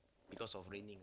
because of raining